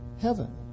heaven